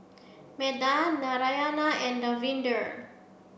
Medha Narayana and Davinder